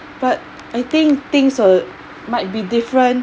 but I think things uh might be different